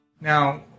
Now